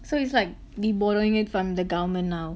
so it's like me borrowing it from the government now